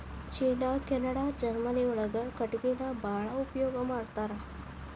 ಚೇನಾ Canada Germany ಒಳಗ ಕಟಗಿನ ಬಾಳ ಉಪಯೋಗಾ ಮಾಡತಾರ